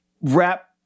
wrap